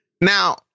Now